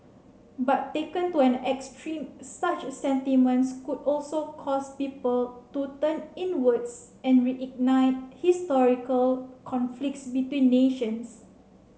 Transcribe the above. but taken to an extreme such sentiments could also cause people to turn inwards and reignite historical conflicts between nations